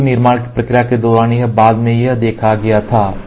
वस्तु निर्माण की प्रक्रिया के दौरान या बाद में यह देखा गया था